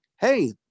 hey